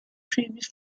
previous